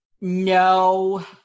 No